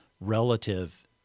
relative